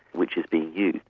which is being used,